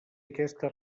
aquesta